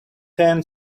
ten